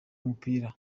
umupira